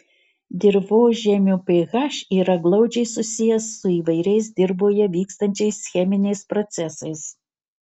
dirvožemio ph yra glaudžiai susijęs su įvairiais dirvoje vykstančiais cheminiais procesais